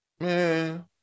man